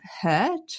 Hurt